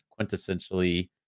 quintessentially